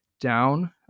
down